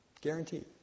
Guaranteed